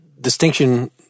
distinction